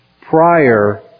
prior